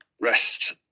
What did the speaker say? rest